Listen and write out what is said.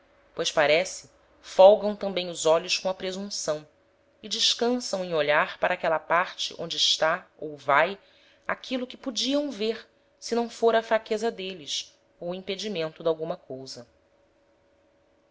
pois parece folgam tambem os olhos com a presunção e descansam em olhar para aquela parte onde está ou vae aquilo que podiam ver se não fôra a fraqueza d'êles ou o impedimento d'alguma cousa